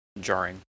jarring